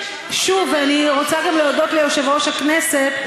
שוב אני רוצה גם להודות ליושב-ראש הכנסת,